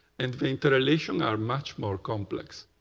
and relations are much more complex.